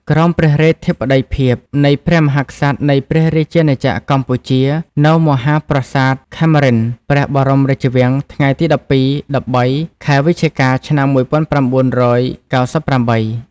ក្រោមព្រះរាជធិបតីភាព នៃព្រះមហាក្សត្រនៃព្រះរាជណាចក្រកម្ពុជា នៅមហាប្រសាទខេមរិន្ទ ព្រះបរមរាជវាំងថ្ងៃទី១២-១៣ ខែវិច្ឆកា ឆ្នាំ១៩៩៨។